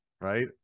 right